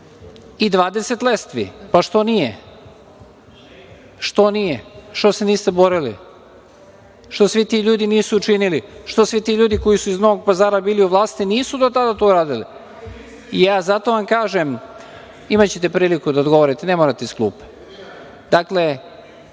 i 20 lestvi. Pa, što nije? Što se niste borili? Što svi ti ljudi nisu učinili? Što svi ti ljudi koji su iz Novog Pazara bili u vlasti nisu do tada to uradili? Imaćete priliku da odgovorite, ne morate iz klupe. Dakle,